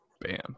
Bam